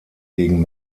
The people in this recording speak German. gegen